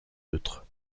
neutre